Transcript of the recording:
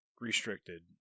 restricted